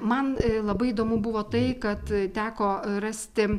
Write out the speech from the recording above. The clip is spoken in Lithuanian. man labai įdomu buvo tai kad teko rasti